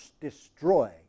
destroy